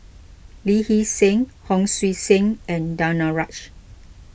Lee Hee Seng Hon Sui Sen and Danaraj